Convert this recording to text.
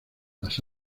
las